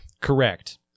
Correct